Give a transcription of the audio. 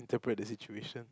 interpret the situation